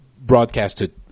broadcasted